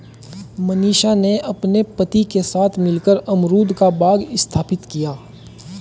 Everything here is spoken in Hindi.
मनीषा ने अपने पति के साथ मिलकर अमरूद का बाग स्थापित किया